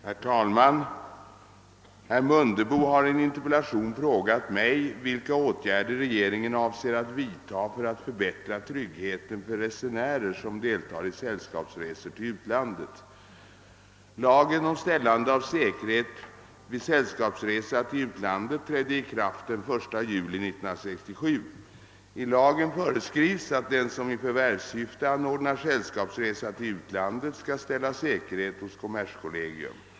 Herr talman! Herr Mundebo har i en interpellation frågat mig vilka åtgärder regeringen avser att vidta för att förbättra tryggheten för resenärer som deltar i sällskapsresor till utlandet. Lagen om ställande av säkerhet vid sällskapsresa till utlandet trädde i kraft den 1 juli 1967. I lagen föreskrivs att den som i förvärvssyfte anordnar sällskapsresa till utlandet skall ställa säkerhet hos kommerskollegium.